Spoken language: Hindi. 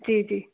जी जी